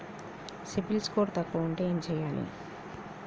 CIBIL score తక్కువ ఉంటే ఏం చేయాలి?